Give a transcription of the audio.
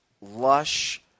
lush